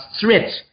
threat